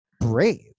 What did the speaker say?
brave